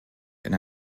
denn